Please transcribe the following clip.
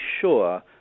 sure